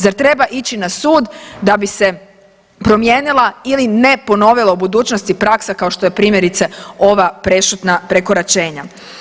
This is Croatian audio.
Zar treba ići na sud da bi se promijenila ili ne ponovila u budućnosti praksa kao što je primjerice ova prešutna prekoračenja.